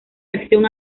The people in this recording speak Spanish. acción